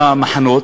המחנות,